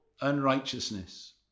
unrighteousness